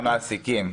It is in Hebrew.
המעסיקים.